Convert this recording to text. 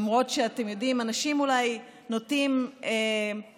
למרות שאתם יודעים שאנשים נוטים אולי